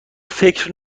فکر